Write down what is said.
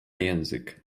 język